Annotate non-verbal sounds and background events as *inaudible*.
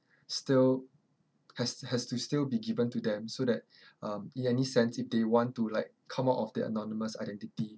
*breath* still has has to still be given to them so that *breath* um in any sense if they want to like come out of their anonymous identity